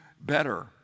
better